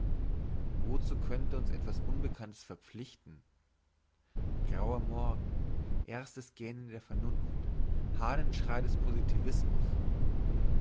wozu könnte uns etwas unbekanntes verpflichten grauer morgen erstes gähnen der vernunft hahnenschrei des